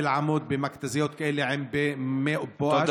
אל-עמוד במכת"זיות כאלה ובמי בואש,